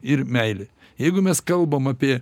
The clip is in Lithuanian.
ir meilė jeigu mes kalbam apie